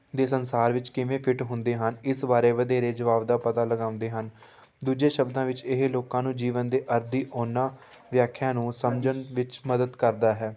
ਦੇ ਸੰਸਾਰ ਵਿੱਚ ਕਿਵੇਂ ਫਿੱਟ ਹੁੰਦੇ ਹਨ ਇਸ ਬਾਰੇ ਵਧੇਰੇ ਜਵਾਬ ਦਾ ਪਤਾ ਲਗਾਉਂਦੇ ਹਨ ਦੂਜੇ ਸ਼ਬਦਾਂ ਵਿੱਚ ਇਹ ਲੋਕਾਂ ਨੂੰ ਜੀਵਨ ਦੇ ਆਦੀ ਉਹਨਾਂ ਵਿਆਖਿਆ ਨੂੰ ਸਮਝਣ ਵਿੱਚ ਮਦਦ ਕਰਦਾ ਹੈ